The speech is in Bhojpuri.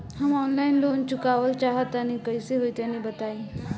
हम आनलाइन लोन चुकावल चाहऽ तनि कइसे होई तनि बताई?